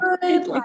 good